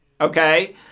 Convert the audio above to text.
okay